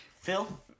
Phil